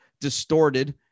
distorted